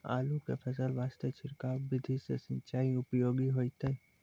आलू के फसल वास्ते छिड़काव विधि से सिंचाई उपयोगी होइतै?